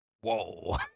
whoa